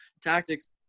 tactics